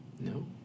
No